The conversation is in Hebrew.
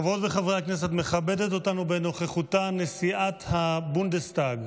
תגבור השירות הפסיכולוגי בבתי ספר בעקבות המלחמה.